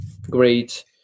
great